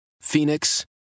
Phoenix